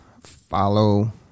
follow